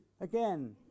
Again